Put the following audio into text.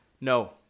No